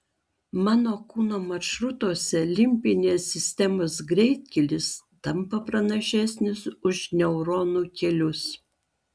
mano kūno maršrutuose limbinės sistemos greitkelis tampa pranašesnis už neuronų kelius